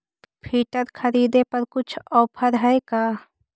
Filter खरिदे पर कुछ औफर है का?